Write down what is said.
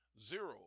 zero